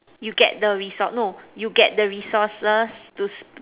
you get the resource no you get the resources to